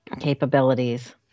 capabilities